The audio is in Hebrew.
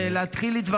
ולהתחיל להתווכח,